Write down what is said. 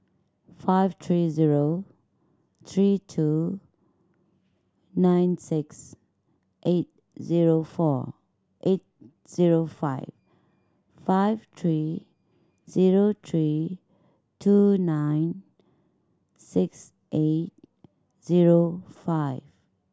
five three zero three two nine six eight zero four eight zero five five three zero three two nine six eight zero five